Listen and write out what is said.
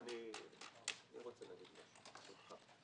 אני רוצה להגיד משהו, ברשותך.